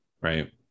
right